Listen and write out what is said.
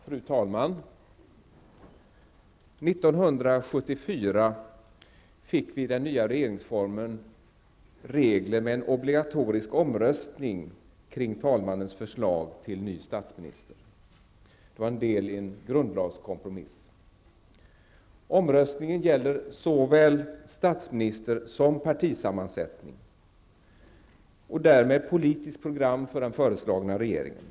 Fru talman! 1974 fick vi i den nya regeringsformen regler om en obligatorisk omröstning kring talmannens förslag till ny statsminister. Det var en del i en grundlagskompromiss. Omröstningen gäller såväl statsminister som partisammansättning och därmed politiskt program för den föreslagna regeringen.